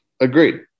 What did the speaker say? Agreed